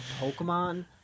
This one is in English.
Pokemon